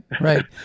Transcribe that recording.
right